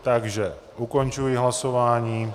Takže ukončuji hlasování.